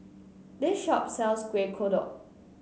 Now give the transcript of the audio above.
this shop sells Kueh Kodok